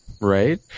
right